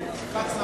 הפרדה